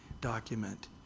document